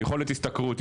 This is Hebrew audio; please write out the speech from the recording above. יכולת השתכרות,